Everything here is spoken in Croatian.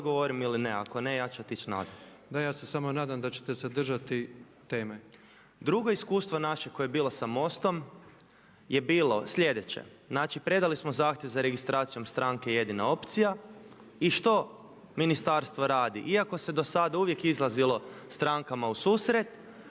…/Upadica predsjednik: Da, ja se samo nadam da ćete se držati teme./… Drugo iskustvo naše koje je bilo sa MOST-om je bilo sljedeće. Znači, predali smo zahtjev za registracijom stranke Jedina opcija. I što ministarstvo radi? Iako se do sada uvijek izlazilo strankama u susret,